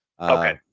Okay